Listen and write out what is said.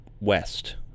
West